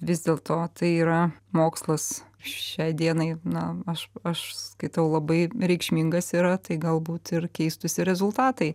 vis dėl to tai yra mokslas šią dienai na aš aš skaitau labai reikšmingas yra tai galbūt ir keistųsi rezultatai